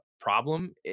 problem